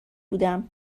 بودم